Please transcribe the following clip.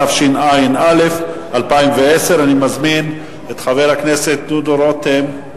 התשע"א 2010. אני מזמין את חבר הכנסת דודו רותם,